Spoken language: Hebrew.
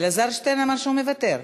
אלעזר שטרן אמר שהוא מוותר.